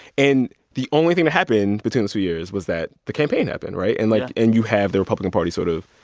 and the only thing that happened between the two years was that the campaign happened right? and like and you have the republican party sort of.